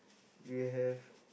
we have